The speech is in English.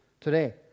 today